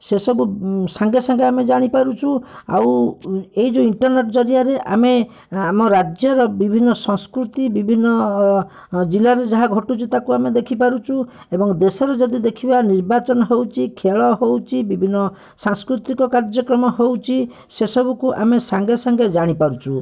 ସେସବୁ ସାଙ୍ଗେ ସାଙ୍ଗେ ଆମେ ଜାଣିପାରୁଛୁ ଆଉ ଏଇ ଯୋଉ ଇର୍ଣ୍ଟରନେଟ୍ ଜରିଆରେ ଆମେ ଆମ ରାଜ୍ୟର ବିଭିନ୍ନ ସଂସ୍କୃତି ବିଭିନ୍ନ ଜିଲ୍ଲାର ଯାହା ଘଟୁଛି ତାକୁ ଆମେ ଦେଖିପାରୁଛୁ ଏବଂ ଦେଶରେ ଯଦି ଦେଖିବା ନିର୍ବାଚନ ହେଉଛି ଖେଳ ହେଉଛି ବିଭିନ୍ନ ସାଂସ୍କୃତିକ କାର୍ଯ୍ୟକ୍ରମ ହେଉଛି ସେସବୁକୁ ଆମେ ସାଙ୍ଗେ ସାଙ୍ଗେ ଜାଣିପାରୁଛୁ